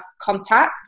contact